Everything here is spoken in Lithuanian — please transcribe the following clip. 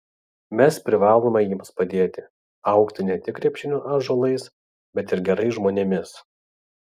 mes privalome jiems padėti augti ne tik krepšinio ąžuolais bet ir gerais žmonėmis